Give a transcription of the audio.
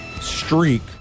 streak